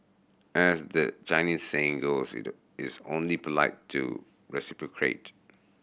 as the Chinese saying goes it is only polite to reciprocate